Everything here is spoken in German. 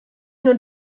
nur